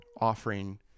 offering